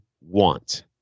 want